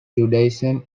judaism